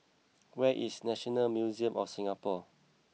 where is National Museum of Singapore